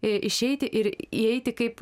išeiti ir įeiti kaip